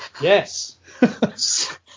yes